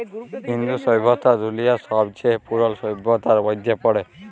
ইন্দু সইভ্যতা দুলিয়ার ছবচাঁয়ে পুরল সইভ্যতাদের মইধ্যে পড়ে